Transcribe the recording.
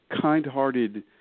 kind-hearted